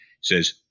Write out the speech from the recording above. says